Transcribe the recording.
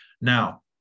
Now